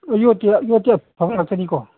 ꯌꯣꯠꯇꯤ ꯑꯐꯕ ꯉꯥꯛꯇꯅꯤꯀꯣ